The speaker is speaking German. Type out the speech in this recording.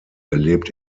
lebt